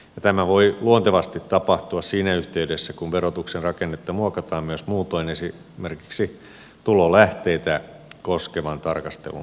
tämä voi luontevasti tapahtua siinä yhteydessä kun verotuksen rakennetta muokataan myös muutoin esimerkiksi tulolähteitä koskevan tarkastelun yhteydessä